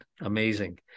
amazing